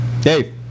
Dave